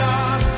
God